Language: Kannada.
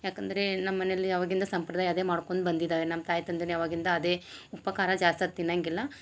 ಯಾಕಂದರೆ ನಮ್ಮನೆಲಿ ಅವಾಗಿಂದ ಸಂಪ್ರದಾಯ ಅದೇ ಮಾಡ್ಕೊಂದ ಬಂದಿದವೆ ನಮ್ಮ ತಾಯಿ ತಂದೆನೆ ಯಾವಾಗಿಂದ ಅದೇ ಉಪ್ಪು ಖಾರ ಜಾಸ್ತಿ ಹೊತ್ತು ತಿನಂಗಿಲ್ಲ